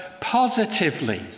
positively